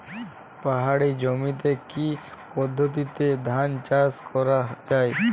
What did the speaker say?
পাহাড়ী জমিতে কি পদ্ধতিতে ধান চাষ করা যায়?